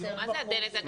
מה זה עד דלת הגן?